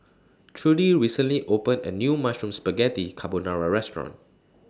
Trudi recently opened A New Mushroom Spaghetti Carbonara Restaurant